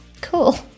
cool